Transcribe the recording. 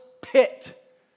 pit